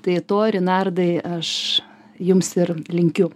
tai to rinardai aš jums ir linkiu